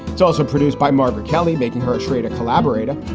it's also produced by margaret kelly, making her trade a collaborator,